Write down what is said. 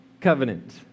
covenant